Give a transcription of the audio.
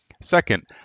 Second